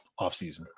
offseason